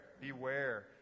beware